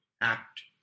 act